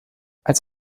als